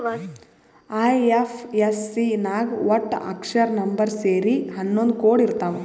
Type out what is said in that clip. IFSC ನಾಗ್ ವಟ್ಟ ಅಕ್ಷರ, ನಂಬರ್ ಸೇರಿ ಹನ್ನೊಂದ್ ಕೋಡ್ ಇರ್ತಾವ್